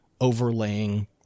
overlaying